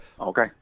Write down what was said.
okay